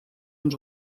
uns